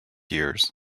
years